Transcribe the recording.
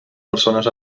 persones